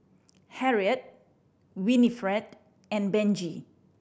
Harriet Winnifred and Benji